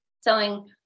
selling